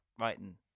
writing